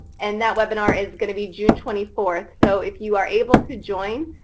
and that webinar is going to be june twenty four, so if you are able to join,